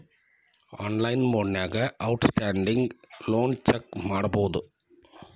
online ಮೊಡ್ನ್ಯಾಗ outstanding loan check ಮಾಡಬೋದು